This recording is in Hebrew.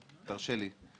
תרשה לי.